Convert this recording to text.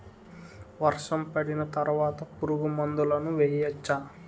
వర్షం పడిన తర్వాత పురుగు మందులను వేయచ్చా?